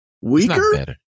Weaker